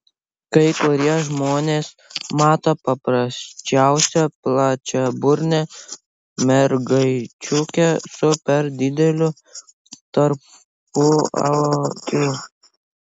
kai kurie žmonės mato paprasčiausią plačiaburnę mergaičiukę su per dideliu tarpuakiu